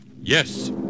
yes